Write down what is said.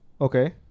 Okay